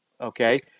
Okay